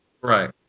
Right